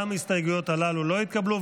גם ההסתייגויות הללו לא התקבלו.